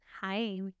Hi